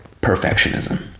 perfectionism